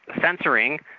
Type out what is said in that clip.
censoring